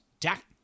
Jack